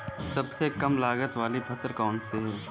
सबसे कम लागत वाली फसल कौन सी है?